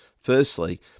firstly